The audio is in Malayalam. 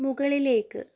മുകളിലേക്ക്